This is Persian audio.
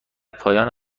پایان